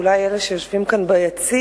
אולי אלה שיושבים כאן ביציע.